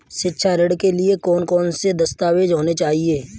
शिक्षा ऋण के लिए कौन कौन से दस्तावेज होने चाहिए?